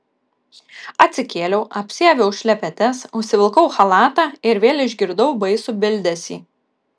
atsikėliau apsiaviau šlepetes užsivilkau chalatą ir vėl išgirdau baisų bildesį